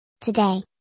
Today